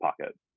pocket